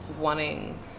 wanting